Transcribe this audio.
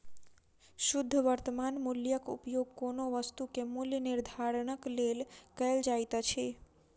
शुद्ध वर्त्तमान मूल्यक उपयोग कोनो वस्तु के मूल्य निर्धारणक लेल कयल जाइत अछि